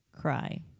cry